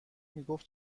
میگفت